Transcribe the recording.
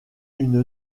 une